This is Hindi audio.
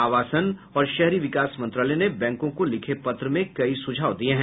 आवासन और शहरी विकास मंत्रालय ने बैंकों को लिखे पत्र में कई सुझाव दिये हैं